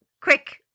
quick